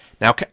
Now